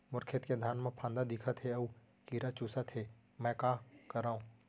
मोर खेत के धान मा फ़ांफां दिखत हे अऊ कीरा चुसत हे मैं का करंव?